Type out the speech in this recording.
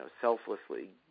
selflessly